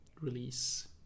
release